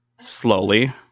Slowly